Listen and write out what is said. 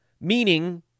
Meaning